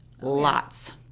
lots